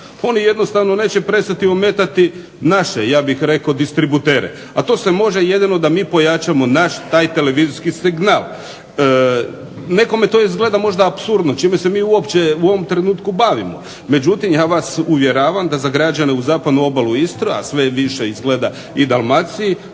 oni jednostavno neće prestati ometati naše, ja bih rekao, distributere. A to se može jedino da mi pojačamo naš taj televizijski signal. Nekome to izgleda možda apsurdno, čime se mi uopće u ovom trenutku bavimo. Međutim, ja vas uvjeravam da za građane uz zapadnu obalu Istre, a sve više izgleda i Dalmacije,